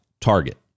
Target